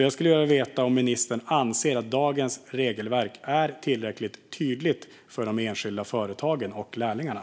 Jag skulle vilja veta om ministern anser att dagens regelverk är tillräckligt tydligt för de enskilda företagen och lärlingarna.